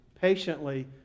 patiently